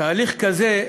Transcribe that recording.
תהליך כזה,